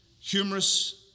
humorous